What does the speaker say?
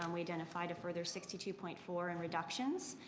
um we identified a further sixty two point four in reductions,